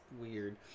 weird